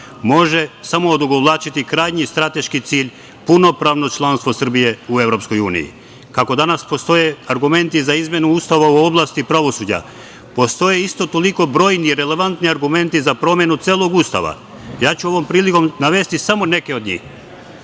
može samo odugovlačiti krajnji strateški cilj, punopravno članstvo Srbije u EU.Kako danas postoje argumenti za izmenu Ustava u oblasti pravosuđa, postoje isto toliko brojni relevantni argumenti za promenu celog Ustava. Ja ću ovom prilikom navesti samo neke od njih. Član